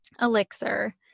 elixir